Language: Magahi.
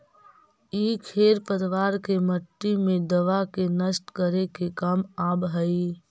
इ खेर पतवार के मट्टी मे दबा के नष्ट करे के काम आवऽ हई